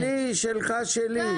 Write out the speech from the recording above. שלי, שלך שלי.